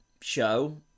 show